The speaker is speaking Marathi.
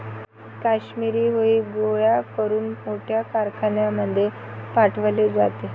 काश्मिरी हुई गोळा करून मोठ्या कारखान्यांमध्ये पाठवले जाते